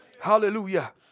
Hallelujah